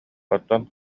оттон